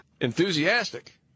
enthusiastic